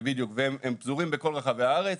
הם פזורים בכל רחבי הארץ,